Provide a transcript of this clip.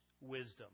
wisdom